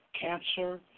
cancer